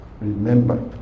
Remember